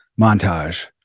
Montage